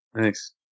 Thanks